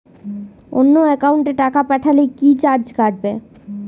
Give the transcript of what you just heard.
অন্য একাউন্টে টাকা পাঠালে কি চার্জ কাটবে?